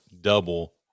double